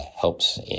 helps